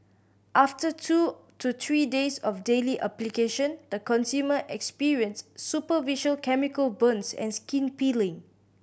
after two to three days of daily application the consumer experienced superficial chemical burns and skin peeling